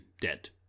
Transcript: dead